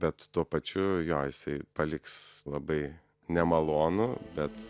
bet tuo pačiu jo jisai paliks labai nemalonų bet